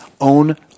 own